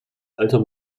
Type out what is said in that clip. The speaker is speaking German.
alter